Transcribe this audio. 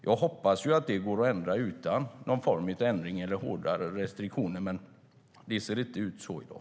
Jag hoppas att detta går att ändra utan regeländring eller hårdare restriktioner, men det ser inte ut så i dag.